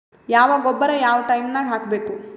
ಯಾವ ಗೊಬ್ಬರ ಯಾವ ಟೈಮ್ ನಾಗ ಹಾಕಬೇಕು?